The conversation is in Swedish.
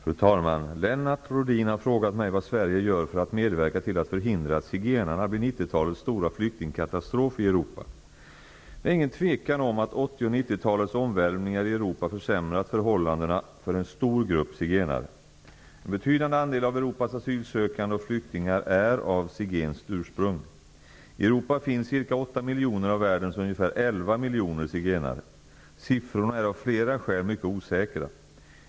Fru talman! Lennart Rohdin har frågat mig vad Sverige gör för att medverka till att förhindra att zigenarna blir 90-talets stora flyktingkatastrof i Det är ingen tvekan om att 80 och 90-talets omvälvningar i Europa försämrat förhållandena för en stor grupp zigenare. En betydande andel av Europas asylsökande och flyktingar är av zigenskt ursprung. I Europa finns ca 8 miljoner av världens ungefär 11 miljoner zigenare. Siffrorna är av flera skäl mycket osäkra.